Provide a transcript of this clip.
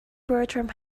bertram